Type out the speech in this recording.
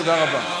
תודה רבה.